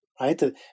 right